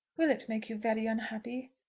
will it make you very unhappy?